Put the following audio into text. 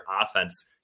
offense